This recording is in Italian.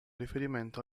riferimento